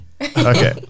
okay